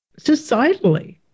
societally